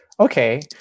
Okay